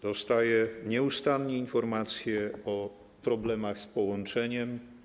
Dostaję nieustannie informacje o problemach z połączeniem.